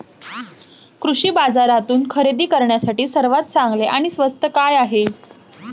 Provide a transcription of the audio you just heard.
कृषी बाजारातून खरेदी करण्यासाठी सर्वात चांगले आणि स्वस्त काय आहे?